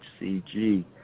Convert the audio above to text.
HCG